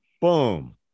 Boom